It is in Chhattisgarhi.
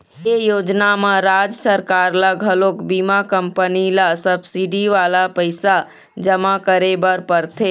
ए योजना म राज सरकार ल घलोक बीमा कंपनी ल सब्सिडी वाला पइसा जमा करे बर परथे